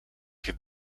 ich